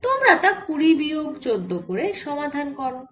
তোমরা তা কুড়ি বিয়োগ 14 করে সমাধান করো